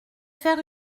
faire